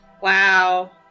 Wow